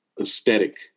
aesthetic